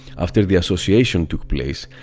after the association took place,